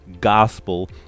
gospel